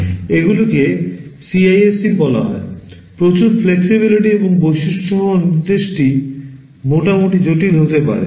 এগুলিকে CISC বলা হয় প্রচুর flexibility এবং বৈশিষ্ট্য সহ নির্দেশটি মোটামুটি জটিল হতে পারে